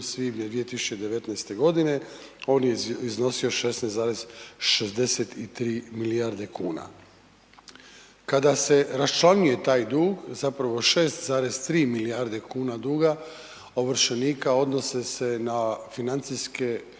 svibnja 2019. godine, on je iznosio 16,63 milijarde kuna. Kada se raščlanjuje taj dug, zapravo 6,3 milijarde kuna duga ovršenika, odnose se na financijske